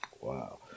wow